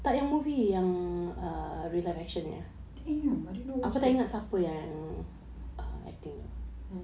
damn I didn't watch that